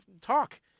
talk